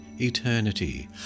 Eternity